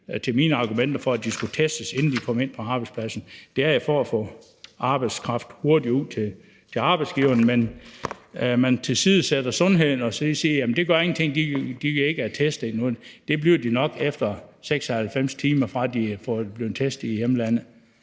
til mine argumenter for, at folk skulle testes, inden de kom ind på arbejdspladsen. Det er jo for at få arbejdskraft hurtigt ud til arbejdsgiverne. Man tilsidesætter sundheden og siger, at det ikke gør noget, at de ikke er blevet testet endnu, for det bliver de nok efter 96 timer, fra de er blevet testet i hjemlandet.